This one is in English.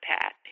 pat